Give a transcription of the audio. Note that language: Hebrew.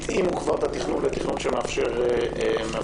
כבר התאימו את התכנון לכזה שמאפשר שילוב.